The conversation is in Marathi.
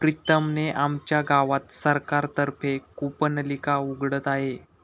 प्रीतम ने आमच्या गावात सरकार तर्फे कूपनलिका उघडत आहे